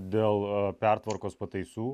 dėl pertvarkos pataisų